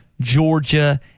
Georgia